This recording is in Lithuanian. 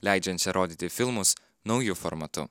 leidžiančią rodyti filmus nauju formatu